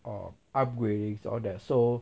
of upgrading all that so